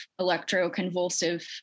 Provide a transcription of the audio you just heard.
electroconvulsive